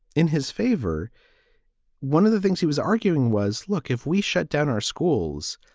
in his favor one of the things he was arguing was, look, if we shut down our schools,